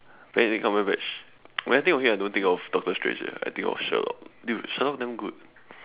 Benedict Cumberbatch when I think of him I don't think of doctor strange eh I think of Sherlock dude Sherlock damn good